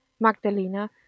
Magdalena